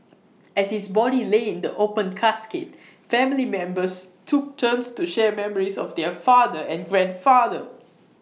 as his body lay in the open casket family members took turns to share memories of their father and grandfather